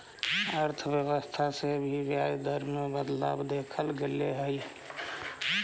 अर्थव्यवस्था से भी ब्याज दर में बदलाव देखल गेले हइ